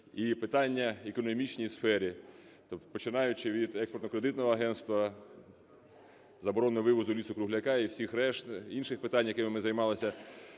і питання в економічній сфері. Тобто, починаючи від Експортно-кредитного агентства, заборони вивозу лісу-кругляка і всіх решти, інших питань, якими ми займалися,